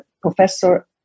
Professor